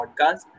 podcast